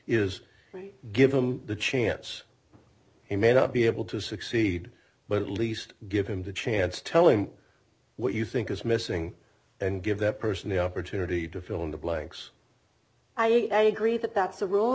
is give him the chance he may not be able to succeed but at least give him the chance to tell him what you think is missing and give that person the opportunity to fill in the blanks i agree that that's